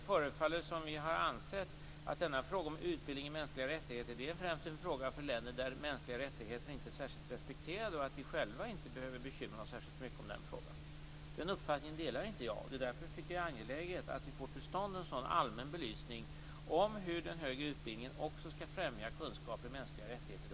Vi förefaller ha ansett att frågan om utbildning i ämnet mänskliga rättigheter främst är en fråga för länder där mänskliga rättigheter inte är särskilt respekterade och att vi själva inte behöver bekymra oss särskilt mycket om den frågan. Den uppfattningen delar inte jag. Därför tycker jag att det är angeläget att få till stånd en allmän belysning av hur den högre utbildningen också kan främja kunskaper i mänskliga rättigheter.